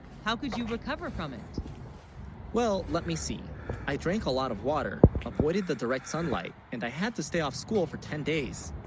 how could you recover from it well let me see i drank a lot of water avoided the direct sunlight and i had to stay off school for ten days